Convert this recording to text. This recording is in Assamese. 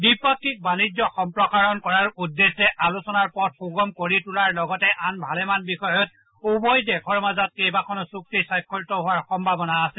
দ্বিপাক্ষিক বাণিজ্য সম্প্ৰসাৰণ কৰাৰ উদ্দেশ্যে আলোচনাৰ পথ সুগম কৰি তোলাৰ লগতে আন ভালেমান বিষয়ত উভয় দেশৰ মাজত কেইবাখনো চুক্তি স্বাক্ষৰিত হোৱাৰ সম্ভৱনা আছে